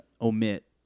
omit